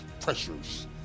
pressures